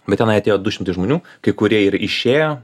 bet tenai atėjo du šimtai žmonių kai kurie ir išėjo